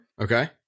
Okay